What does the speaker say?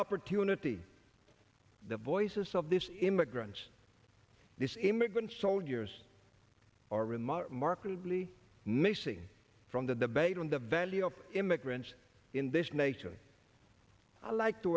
opportunity the voices of this immigrants this immigrant soldiers are remarkably missing from the debate on the value of immigrants in this nation i like to